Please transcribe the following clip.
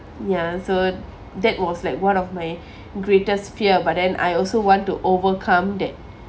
ya so that was like one of my greatest fear but then I also want to overcome that